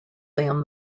than